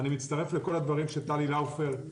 אני מצטרף לכל הדברים שטלי לאופר,